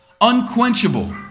unquenchable